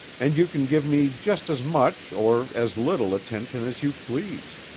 and you can give me just as much or as little attention as you please.